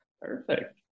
perfect